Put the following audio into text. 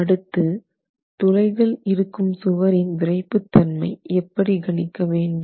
அடுத்து துளைகள் இருக்கும் சுவரின் விறைப்புத்தன்மை எப்படி கணிக்க வேண்டும்